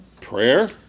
Prayer